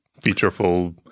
featureful